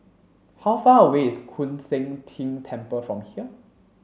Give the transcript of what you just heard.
how far away is Koon Seng Ting Temple from here